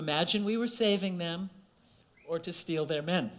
imagine we were saving them or to steal their man